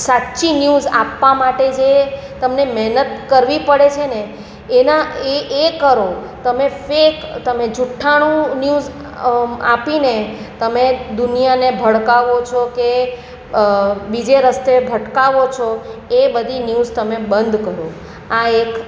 સાચી ન્યૂઝ આપવા માટે જે તમને મહેનત કરવી પડે છે ને એના એ એ કરો તમે ફેક તમે જૂઠ્ઠાણું ન્યૂઝ આપીને તમે દુનિયાને ભડકાવો છો કે બીજે રસ્તે ભટકાવો છો એ બધી ન્યૂઝ તમે બંધ કરો આ એક